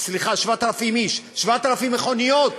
7,000 מכוניות